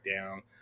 down